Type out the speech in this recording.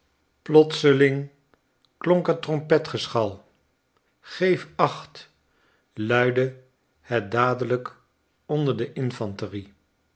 plotseling klonk er trompetgeschal g-eef achtl luidde het dadelijk onder de infanterie